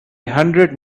hundred